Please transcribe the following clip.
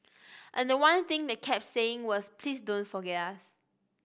and the one thing they kept saying was please don't forget us